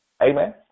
Amen